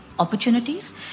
Opportunities